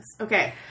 Okay